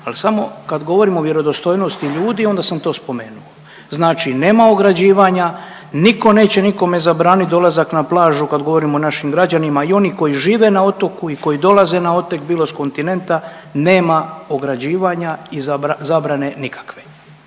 ali samo kad govorimo o vjerodostojnosti ljudi onda sam to spomenuo. Znači nema ograđivanja, niko neće nikome zabranit dolazak na plažu kad govorimo o našim građanima i oni koji žive na otok i koji dolaze na otok bilo s kontinenta nema ograđivanja i zabrane nikakve.